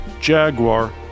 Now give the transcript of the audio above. Jaguar